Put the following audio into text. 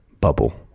bubble